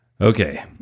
Okay